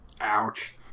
ouch